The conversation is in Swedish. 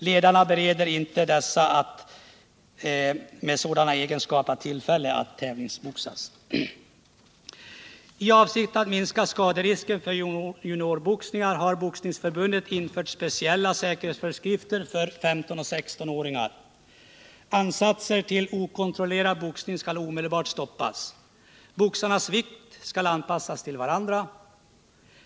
Ledarna bereder inte boxare med sådana egenskaper tillfälle att tävlingsboxas. I avsikt att minska skaderisken vid juniorboxningar har Boxningsförbundet infört speciella säkerhetsföreskrifter för 15-16-åringar: Ansatser till okontrollerad boxning skall omedelbart stoppas. Boxarnas vikt skall anpassas till varandra.